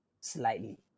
slightly